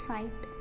Site